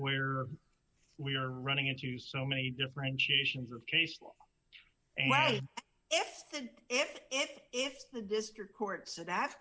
where we are running into so many differentiations of case law and why if if if if the district court so that